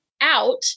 out